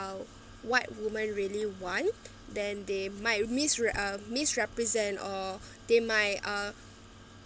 uh what women really want then they might misre~ uh misrepresent or they might uh